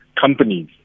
companies